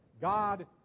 God